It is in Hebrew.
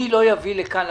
אני לא אביא לכאן,